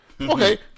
Okay